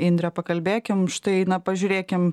indrė pakalbėkim štai na pažiūrėkim